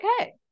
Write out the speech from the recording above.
okay